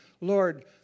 Lord